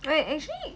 eh actually